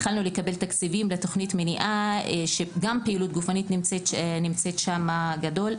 התחלנו לקבל תקציבים לתכנית מניעה שגם פעילות גופנית שם בגדול.